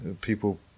people